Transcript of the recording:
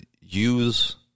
use